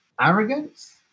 arrogance